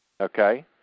Okay